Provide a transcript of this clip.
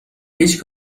هیچ